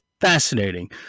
fascinating